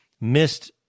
missed